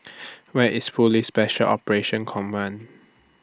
Where IS Police Special Operations Command